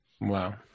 Wow